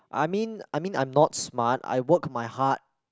I mean I mean I'm not smart I worked my heart